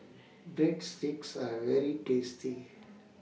Breadsticks Are very tasty